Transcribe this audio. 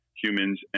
humans